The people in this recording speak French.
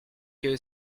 que